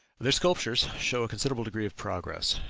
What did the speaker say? their sculptures show a considerable degree of progress.